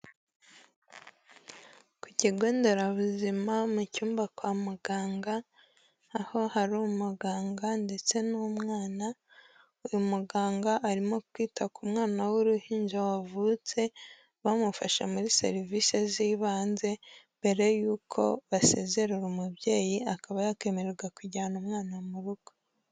Ku kigo nderabuzima mu cyumba kwa muganga, aho hari umuganga ndetse n'umwana, uyu muganga arimo kwita ku mwana w'uruhinja wavutse, bamufasha muri serivisi z'ibanze mbere y'uko basezerera umubyeyi akaba yakemererwa kujyana umwana mu rugo.